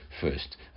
first